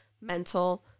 mental